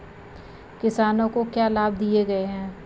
किसानों को क्या लाभ दिए गए हैं?